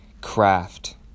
craft